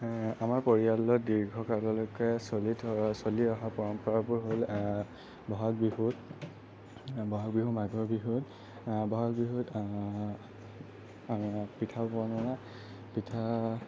আমাৰ পৰিয়ালত দীৰ্ঘকাললৈকে চলি থ চলি অহা পৰম্পৰাবোৰ হ'ল বহাগ বিহুত ব'হাগ বিহু মাঘৰ বিহুত বহাগ বিহুত পিঠা বনাই পিঠা